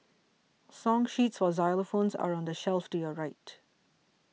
song sheets for xylophones are on the shelf to your right